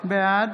בעד